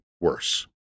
worse